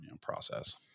process